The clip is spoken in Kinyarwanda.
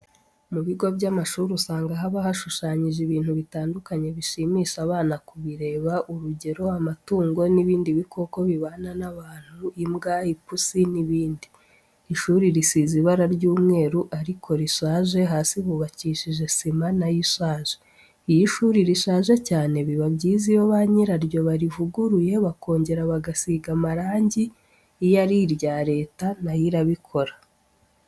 Mu bigo by'amashuri usanga haba hashushanyije ibintu bitandukanye bishimisha abana kubireba, urugero amatungo, nibindi bikoko bibana n'abantu imbwa, ipusi, n'ibindi. Ishuri risize ibara ry'umweru ariko rishaje, hasi hubakishije sima nayo ishaje. Iyo ishuri rishaje cyane biba byiza iyo banyiraryo barivuguruye bakongera bagasiga amarangi. Iyo ari irya leta nayo irabikora.